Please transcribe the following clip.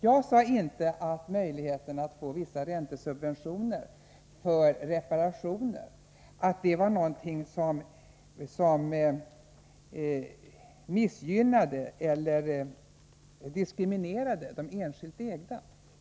Jag sade inte att möjligheten att få vissa räntesubventioner för reparationer var någonting som missgynnade eller diskriminerade enskilt ägda fastigheter.